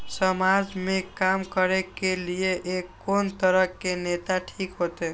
समाज के काम करें के ली ये कोन तरह के नेता ठीक होते?